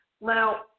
Now